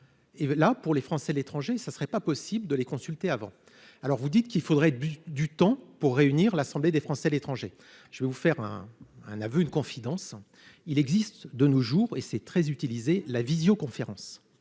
et là pour les Français de l'étranger, ça ne serait pas possible de les consulter avant, alors vous dites qu'il faudrait du temps pour réunir l'assemblée des Français à l'étranger, je vais vous faire un un aveu, une confidence, il existe de nos jours et c'est très utilisé la visio-conférence,